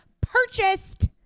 purchased